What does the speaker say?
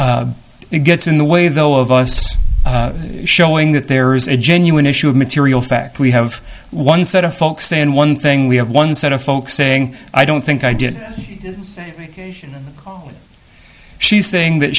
that it gets in the way though of us showing that there is a genuine issue of material fact we have one set of folks saying one thing we have one set of folks saying i don't think i did she's saying that